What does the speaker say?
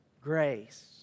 grace